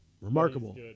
Remarkable